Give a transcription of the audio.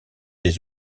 des